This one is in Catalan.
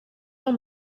del